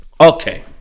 Okay